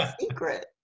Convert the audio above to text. Secret